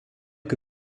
que